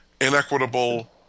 inequitable